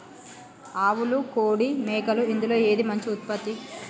ఆవులు కోడి మేకలు ఇందులో ఏది మంచి ఉత్పత్తి?